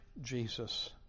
Jesus